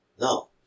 No